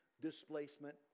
displacement